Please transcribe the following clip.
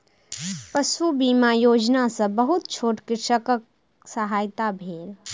पशु बीमा योजना सॅ बहुत छोट कृषकक सहायता भेल